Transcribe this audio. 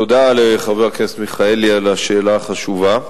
תודה לחבר הכנסת מיכאלי על השאלה החשובה.